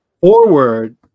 forward